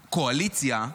הקואליציה,